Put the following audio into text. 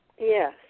Yes